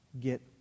get